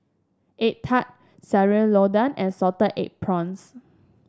egg tart Sayur Lodeh and Salted Egg Prawns